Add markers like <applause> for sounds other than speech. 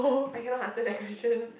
I cannot <breath> answer that question